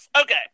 Okay